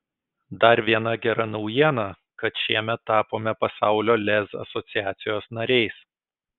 dar viena gera naujiena kad šiemet tapome pasaulio lez asociacijos nariais